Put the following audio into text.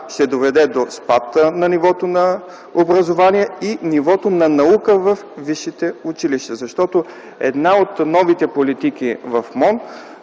ще доведе до спад на нивото на образование и нивото на наука във висшите училища, защото една от новите политики в МОН,